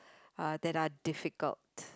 uh that are difficult